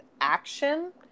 action